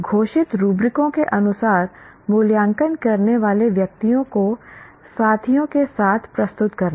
घोषित रूब्रिकों के अनुसार मूल्यांकन करने वाले व्यक्तियों को साथियों के साथ प्रस्तुत करना